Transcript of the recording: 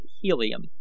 Helium